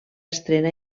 estrena